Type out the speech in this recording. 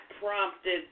prompted